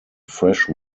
fresh